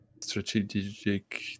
strategic